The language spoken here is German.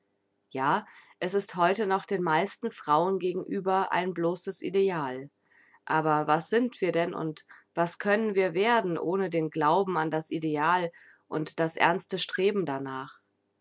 ja es ist heute noch den meisten frauen gegenüber ein bloßes ideal aber was sind wir denn und was können wir werden ohne den glauben an das ideal und das ernste streben danach